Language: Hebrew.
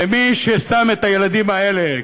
ומי ששם את הילדים האלה,